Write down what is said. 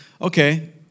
okay